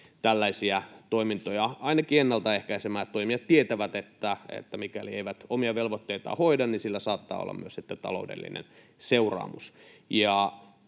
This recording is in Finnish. tällaisia toimintoja ainakin ennaltaehkäisemään. Toimijat tietävät, että mikäli eivät omia velvoitteitaan hoida, niin sillä saattaa olla sitten myös taloudellinen seuraamus.